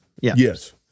yes